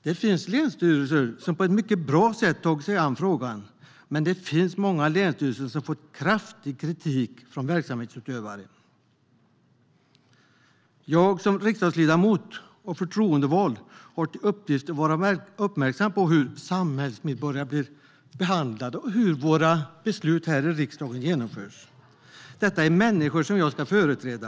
Det finns länsstyrelser som på ett mycket bra sätt tagit sig an frågan, men det finns också många länsstyrelser som får kraftig kritik från verksamhetsutövare. Jag som riksdagsledamot och förtroendevald har till uppgift att vara uppmärksam på hur samhällsmedborgare blir behandlade och hur våra beslut här i riksdagen genomförs. Det här är människor som jag ska företräda.